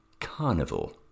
carnival